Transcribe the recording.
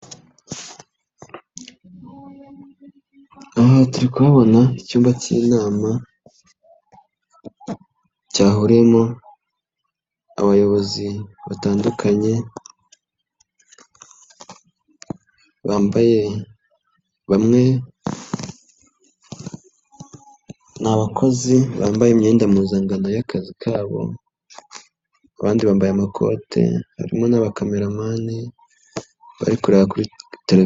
Aha turi kubabona icyumba k'inama cyahuriyemo abayobozi batandukanye, bambaye bamwe ni abakozi bambaye imyenda mpuzankano y'aka kabo, abandi bambaye amakoti, harimo n'abakameramani bari kureba kuri tere.